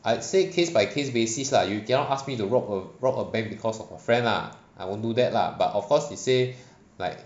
I'd say case by case basis lah you cannot ask me to rob a rob a bank because of a friend lah I won't do that lah but of course if say like